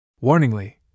Warningly